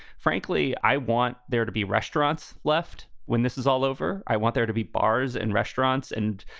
frankly, i want there to be restaurants left when this is all over. i want there to be bars and restaurants and,